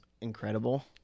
incredible